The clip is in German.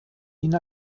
ihn